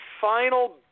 final